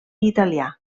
italià